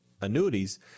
annuities